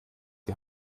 die